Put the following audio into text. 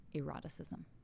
eroticism